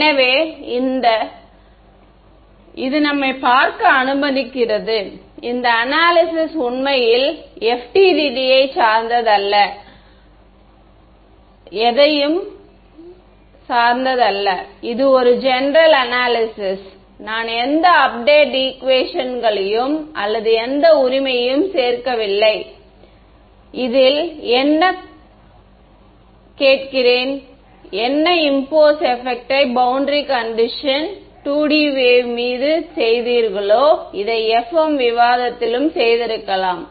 எனவே இது நம்மை பார்க்க அனுமதிக்கிறது இந்த அனாலிசிஸ் உண்மையில் FDTD யை சார்ந்தது அல்ல அல்லது எதையும் இது ஒரு ஜென்ரல் அனாலிசிஸ் நான் எந்த அப்டேட் ஈக்குவேஷன்களையும் அல்லது எந்த உரிமையையும் சேர்க்கவில்லைஇதில் நான் என்ன கேட்கிறேன் என்ன இம்பொசின் எபெக்ட் யை பௌண்டரி கண்டிஷன் 2D வேவ் மீது நீங்கள் செய்தீர்களோ இதை FEM விவாதத்திலும் செய்திருக்கலாம்